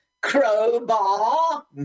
crowbar